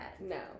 No